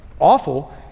awful